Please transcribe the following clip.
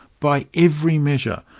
by every measure,